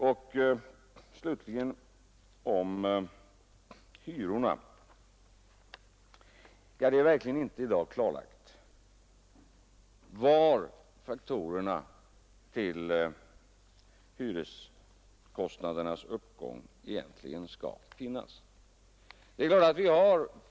Och slutligen till hyrorna. Det är verkligen inte i dag klarlagt var faktorerna till hyreskostnadernas uppgång egentligen skall sökas.